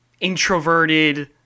introverted